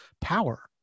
power